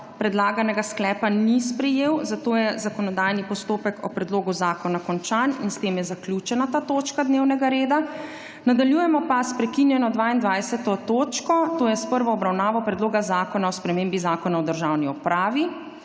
predlaganega sklepa ni sprejel, zato je zakonodajni postopek o Predlogu zakona končan. S tem je zaključena ta točka dnevnega reda. Nadaljujemo s prekinjeno 22. točko, to je s prvo obravnavo Predloga zakona o spremembi Zakona o državni upravi.